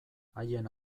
haien